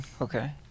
Okay